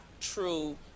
true